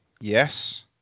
Yes